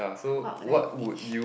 what would I teach